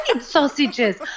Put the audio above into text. sausages